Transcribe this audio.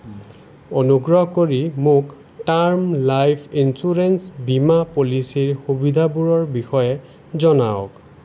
অনুগ্ৰহ কৰি মোক টাৰ্ম লাইফ ইন্সুৰেঞ্চ বীমা পলিচীৰ সুবিধাবোৰৰ বিষয়ে জনাওক